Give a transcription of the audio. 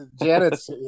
Janet's